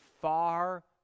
far